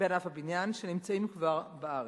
הבניין שנמצאים כבר בארץ.